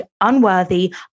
unworthy